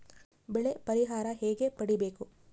ಬೆಳೆ ಪರಿಹಾರ ಹೇಗೆ ಪಡಿಬೇಕು?